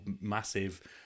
massive